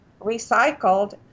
recycled